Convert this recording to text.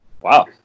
wow